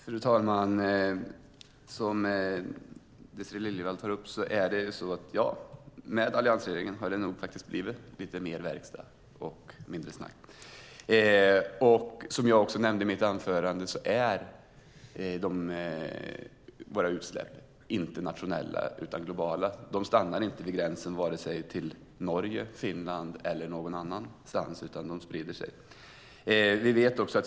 Fru talman! Med alliansregeringen har det nog blivit lite mer verkstad och mindre snack. Våra utsläpp är inte nationella, utan globala. De stannar inte vid gränsen till vare sig Norge, Finland eller något annat land utan de sprider sig.